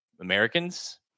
Americans